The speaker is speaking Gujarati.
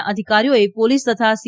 ના અધિકારીઓએ પોલીસ તથા સી